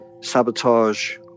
sabotage